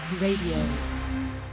Radio